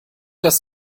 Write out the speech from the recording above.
das